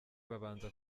babanza